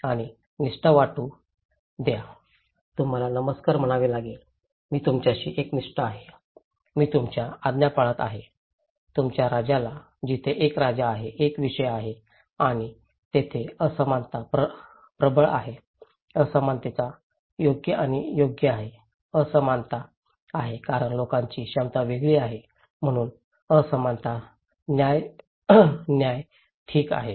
आणि निष्ठा वाटू द्या तुम्हाला नमस्कार म्हणावे लागेल मी तुमच्याशी एकनिष्ठ आहे मी तुमच्या आज्ञा पाळत आहे तुमच्या राजाला तिथे एक राजा आहे एक विषय आहे आणि तेथे असमानता प्रबल आहेत असमानता योग्य आणि योग्य आहेत असमानता आहेत कारण लोकांची क्षमता वेगळी आहे म्हणूनच असमानता न्याय्य ठिक आहेत